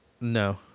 No